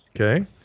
Okay